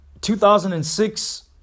2006